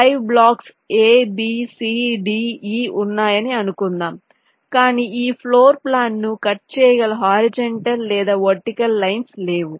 5 blocks ABCDE ఉన్నాయని అనుకుందాం కానీ ఈ ఫ్లోర్ప్లాన్ను కట్ చేయగల హారిజంటల్ లేదా వర్టికల్ లైన్స్ లేవు